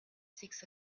six